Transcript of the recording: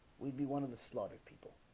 we'd be one of the slaughtered people